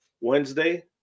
Wednesday